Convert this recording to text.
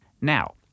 Now